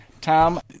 Tom